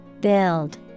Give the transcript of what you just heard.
Build